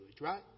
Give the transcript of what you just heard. right